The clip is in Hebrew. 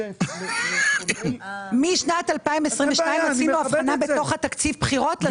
שוטף --- משנת 2022 עשינו הבחנה בתוך התקציב בחירות לשוטף.